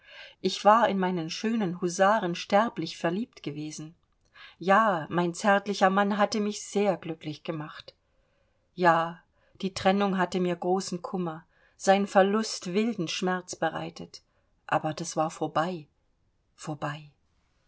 ich war in meinen schönen husaren sterblich verliebt gewesen ja mein zärtlicher mann hatte mich sehr glücklich gemacht ja die trennung hatte mir großen kummer sein verlust wilden schmerz bereitet aber das war vorbei vorbei